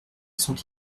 sont